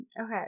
okay